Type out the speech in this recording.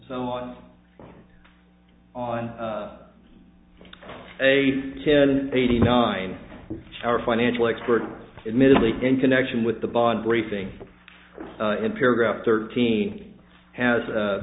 so on on a ten eighty nine our financial expert admittedly in connection with the bond briefing in paragraph thirteen has